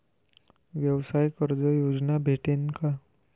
व्यवसाय कर्ज योजना भेटेन का?